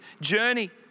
journey